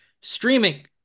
streaming